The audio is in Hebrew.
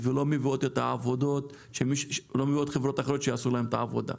ולא מביאות חברות אחרות שיעשו עבורן את העבודה?